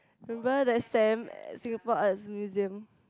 remember that Sam at Singapore Arts Museum